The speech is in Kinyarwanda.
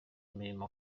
imirimo